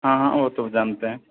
ہاں ہاں وہ تو جانتے ہیں